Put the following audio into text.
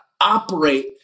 operate